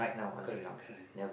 correct correct